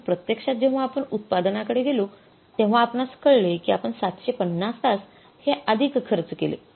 पण प्रत्येक्षात जेव्हा आपण उत्पादनाकडे गेलो तेव्हा आपणास कळले कि आपण ७५० तास हे अधिक खर्च केले